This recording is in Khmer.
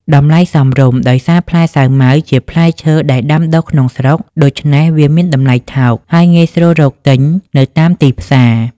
តម្លៃសមរម្យ ដោយសារផ្លែសាវម៉ាវជាផ្លែឈើដែលដាំដុះក្នុងស្រុក ដូច្នេះវាមានតម្លៃថោក ហើយងាយស្រួលរកទិញនៅតាមទីផ្សារ។